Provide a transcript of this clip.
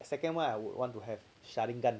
second one I would want to have shun gun